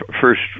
first